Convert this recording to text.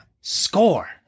Score